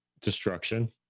destruction